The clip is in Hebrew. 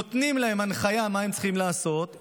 נותנים להם הנחיה מה הם צריכים לעשות,